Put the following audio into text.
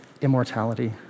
immortality